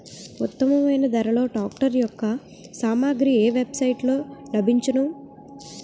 ఉత్తమమైన ధరలో ట్రాక్టర్ యెక్క సామాగ్రి ఏ వెబ్ సైట్ లో లభించును?